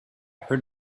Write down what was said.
heard